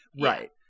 right